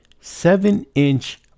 seven-inch